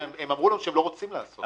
הם אמרו לנו שהם לא רוצים לעשות את זה.